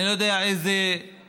אני לא יודע איזה מדדים,